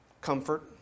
comfort